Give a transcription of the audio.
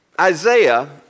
Isaiah